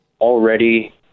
already